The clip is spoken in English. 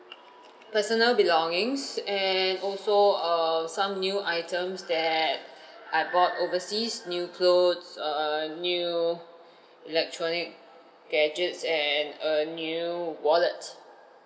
personal belongings and also err some new items that I bought overseas new clothes err new electronic gadgets and a new wallet